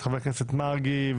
חבר הכנסת מרגי,